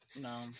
No